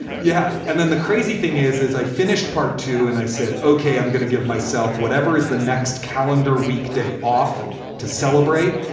yeah. and then the crazy thing is, is i finished part two and i said, okay, i'm going to give myself whatever is the next calendar week, day off to celebrate.